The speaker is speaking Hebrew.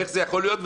איך זה יכול להיות,